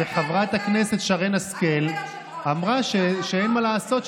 וחברת הכנסת שרן השכל אמרה שאין מה לעשות,